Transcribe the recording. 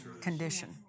condition